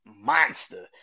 monster